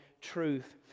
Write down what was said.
truth